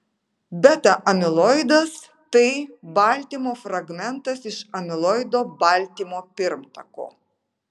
beta amiloidas tai baltymo fragmentas iš amiloido baltymo pirmtako